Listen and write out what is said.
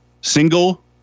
single